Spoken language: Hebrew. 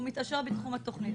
והוא מתאשר בתחום התוכנית,